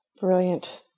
Brilliant